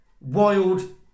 Wild